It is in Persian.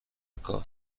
کار